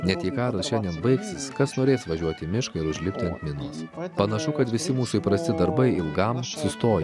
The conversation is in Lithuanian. net jei karas šiandien baigsis kas norės važiuoti į mišką ir užlipti ant minos panašu kad visi mūsų įprasti darbai ilgam sustoja